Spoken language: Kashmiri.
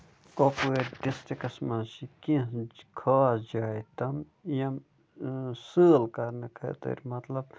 کۄپوارِ ڈِسٹرکس منٛز چھِ کیٚنٛہہ ہِش خاص جایہِ تِم یِم سٲلۍ کرنہٕ خٲطرٕ مطلب